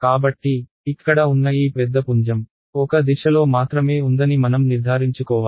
కాబట్టి ఇక్కడ ఉన్న ఈ పెద్ద పుంజం ఒక దిశలో మాత్రమే ఉందని మనం నిర్ధారించుకోవాలి